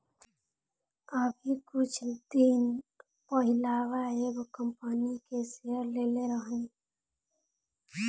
अभी कुछ दिन पहिलवा एगो कंपनी के शेयर लेले रहनी